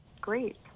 Great